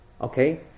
okay